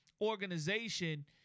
organization